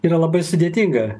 yra labai sudėtinga